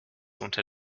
unter